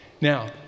Now